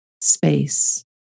Space